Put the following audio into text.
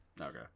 Okay